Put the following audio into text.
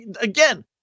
again